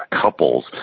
Couples